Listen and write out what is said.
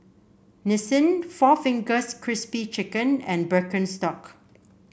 Nissin Four Fingers Crispy Chicken and Birkenstock